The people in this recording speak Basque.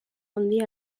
handia